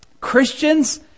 Christians